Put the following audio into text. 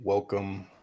welcome